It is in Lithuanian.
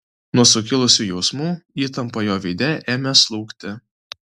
nuo sukilusių jausmų įtampa jo veide ėmė slūgti